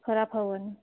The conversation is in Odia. ଖରାପ ହେବନି